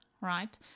Right